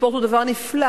הספורט הוא דבר נפלא,